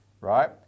right